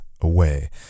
away